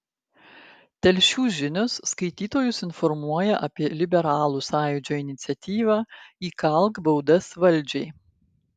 telšių žinios skaitytojus informuoja apie liberalų sąjūdžio iniciatyvą įkalk baudas valdžiai